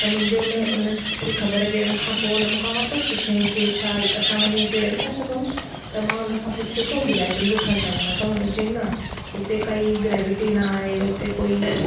त मुंहिंजो हुनजे उनखे ख़बरु ॾियण खां पोइ हुन मूंखा वापसि पुछियईं त छा असां वञी उते रही था सघऊं त मां उनखां पुछियो तूं ॿुधाए तुंहिजो छा चवणु आहे त हुन चयईं न उते काई ग्रेविटी न आहे उते कोई